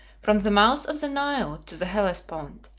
from the mouth of the nile to the hellespont,